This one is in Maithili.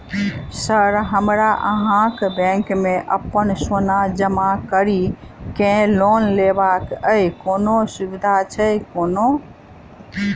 सर हमरा अहाँक बैंक मे अप्पन सोना जमा करि केँ लोन लेबाक अई कोनो सुविधा छैय कोनो?